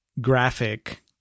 graphic